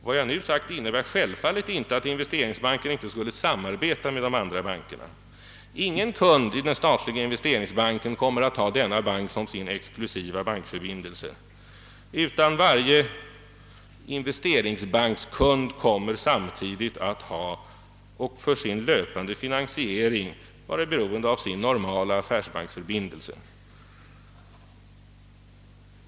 Vad jag nu sagt innebär självfallet inte att investeringsbanken inte skulle kunna samarbeta med de andra bankerna. Ingen kund i den statliga investeringsbanken kommer att ha denna bank som sin exklusiva bankförbindelse, utan varje investeringsbankskund kommer samtidigt att ha och för sin löpande finansiering vara beroende av sin normala affärsbankförbindelse.